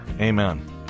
Amen